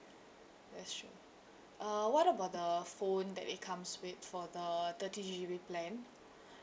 that's true uh what about the phone that it comes with for the thirty G_B plan